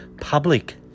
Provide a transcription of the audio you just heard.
public